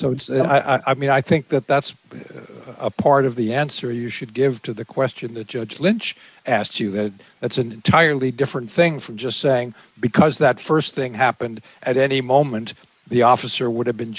him i mean i think that that's part of the answer you should give to the question the judge lynch asked you that that's an entirely different thing from just saying because that st thing happened at any moment the officer would have been